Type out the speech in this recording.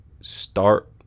start